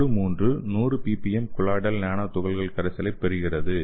குழு 3 100 ppm colloidal nano துகள்கள் கரைசலைப் பெறுகிறது